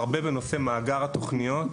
בנושא מאגר התוכניות,